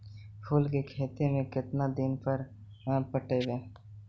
फूल के खेती में केतना दिन पर पटइबै?